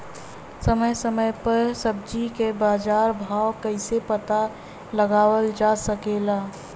समय समय समय पर सब्जी क बाजार भाव कइसे पता लगावल जा सकेला?